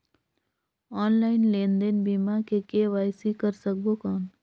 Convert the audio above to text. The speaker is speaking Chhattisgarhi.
ऑनलाइन लेनदेन बिना के.वाई.सी कर सकबो कौन??